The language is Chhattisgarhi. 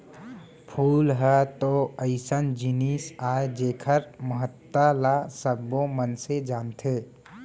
फूल ह तो अइसन जिनिस अय जेकर महत्ता ल सबो मनसे जानथें